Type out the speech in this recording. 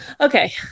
Okay